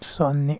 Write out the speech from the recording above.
ಸೊನ್ನೆ